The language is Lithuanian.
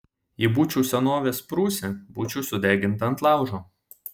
jei būčiau senovės prūsė būčiau sudeginta ant laužo